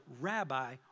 rabbi